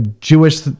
jewish